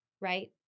right